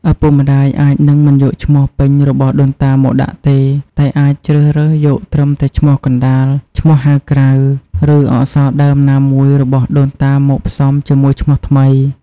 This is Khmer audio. ឪពុកម្តាយអាចនឹងមិនយកឈ្មោះពេញរបស់ដូនតាមកដាក់ទេ តែអាចជ្រើសរើសយកត្រឹមតែឈ្មោះកណ្តាល ឈ្មោះហៅក្រៅ ឬអក្សរដើមណាមួយរបស់ដូនតាមកផ្សំជាមួយឈ្មោះថ្មី។